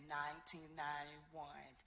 1991